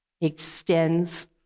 extends